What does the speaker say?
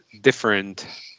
different